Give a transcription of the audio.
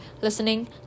listening